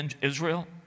Israel